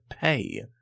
pay